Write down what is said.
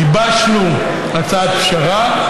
גיבשנו הצעת פשרה,